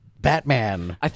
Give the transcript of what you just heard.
Batman